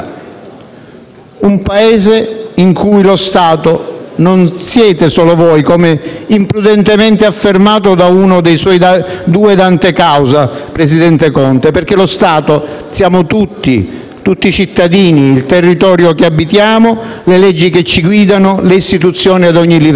Un Paese in cui lo Stato non siete solo voi, come imprudentemente è stato affermato da uno dei suoi due dante causa, presidente Conte, perché lo Stato siamo tutti, tutti i cittadini, il territorio che abitiamo, le leggi che ci guidano, le istituzioni a ogni livello.